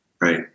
Right